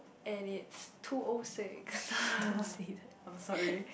and is too old six I am sorry